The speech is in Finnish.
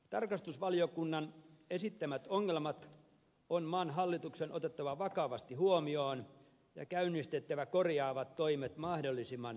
tarkastusvaliokunnan esittämät ongelmat on maan hallituksen otettava vakavasti huomioon ja käynnistettävä korjaavat toimet mahdollisimman pian